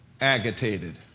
agitated